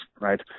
right